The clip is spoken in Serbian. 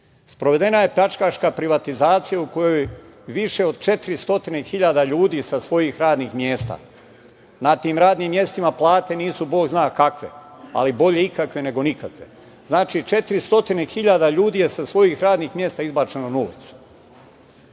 ubistava. Sprovedena je pljačkaška privatizacija u kojoj više od 400.000 ljudi sa svojih radnih mesta, na tim radnim mestima plate nisu bog zna kakve, ali bolje ikakve nego nikakve. Znači, 400.000 ljudi je sa svojih radnih mesta izbačeno na ulicu.